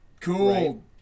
Cool